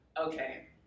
okay